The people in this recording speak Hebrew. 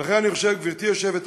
ולכן אני חושב, גברתי היושבת-ראש,